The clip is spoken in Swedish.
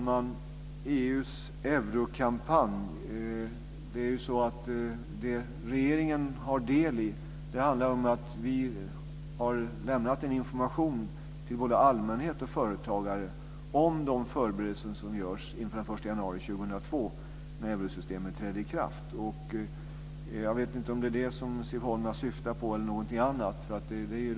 Fru talman! Siv Holma talar om EU:s eurokampanj. Regeringen har lämnat information till både allmänhet och företagare om de förberedelser som görs inför den 1 januari 2002, när eurosystemet träder i kraft. Jag vet inte om det är det eller någonting annat som Siv Holma syftar på.